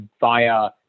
via